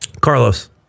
carlos